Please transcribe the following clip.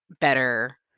better